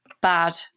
bad